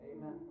Amen